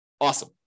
Awesome